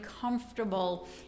comfortable